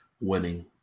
winning